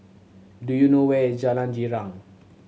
do you know where is Jalan Girang